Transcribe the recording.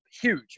Huge